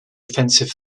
offensive